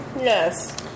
Yes